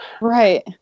Right